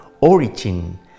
origin